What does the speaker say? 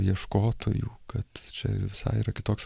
ieškotojų kad čia visai yra kitoks